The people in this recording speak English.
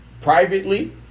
privately